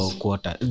quarter